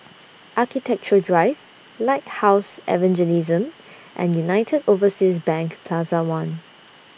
Architecture Drive Lighthouse Evangelism and United Overseas Bank Plaza one